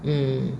mm